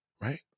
Right